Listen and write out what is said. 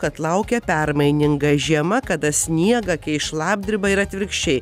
kad laukia permaininga žiema kada sniegą keis šlapdriba ir atvirkščiai